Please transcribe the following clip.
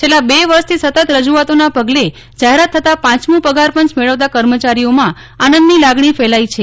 છેલ્લા બે વર્ષથી સતત રજૂઆતોના પગલે જાહેરાત થતા પાંચમું પગારપંચ મેળવતા કર્મચારીઓમાં આનંદ ની લાગણી ફેલાઈ છે